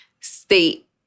state